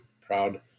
proud